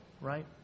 right